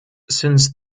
since